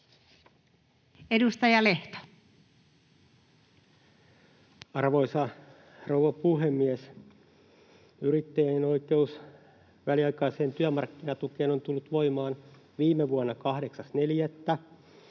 Content: Arvoisa rouva puhemies! Yrittäjien oikeus väliaikaiseen työmarkkinatukeen on tullut voimaan viime vuonna 8.4.,